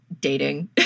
dating